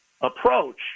approach